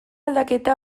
aldaketa